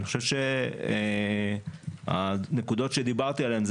אני חושב שהנקודות שדיברתי עליהן,